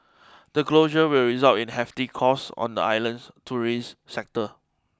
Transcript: the closure will result in hefty costs on the island's tourism sector